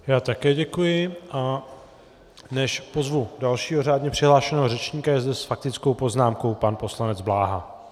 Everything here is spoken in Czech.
Já také děkuji, a než pozvu dalšího řádně přihlášeného řečníka, je zde s faktickou poznámkou pan poslanec Bláha.